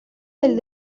del